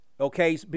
okay